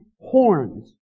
horns